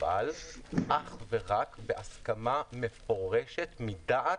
אבל אך ורק בהסכמה מפורשת מדעת,